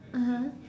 (uh huh)